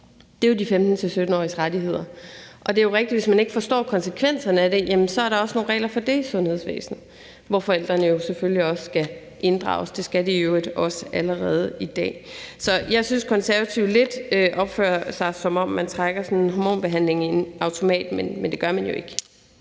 om, er jo de 15-17-åriges rettigheder. Det er rigtigt, at hvis man ikke forstår konsekvenserne af det, er der også nogle regler for det i sundhedsvæsenet, hvor forældrene jo selvfølgelig også inddrages. Det skal de i øvrigt også allerede i dag. Så jeg synes, Konservative lidt opfører sig, som om man trækker sådan en hormonbehandling i en automat, men det gør man jo ikke.